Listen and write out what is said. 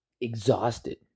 exhausted